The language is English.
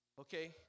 Okay